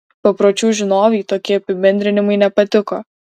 papročių žinovei tokie apibendrinimai nepatiko